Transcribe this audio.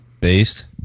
Based